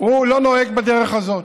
לא נוהג בדרך הזאת.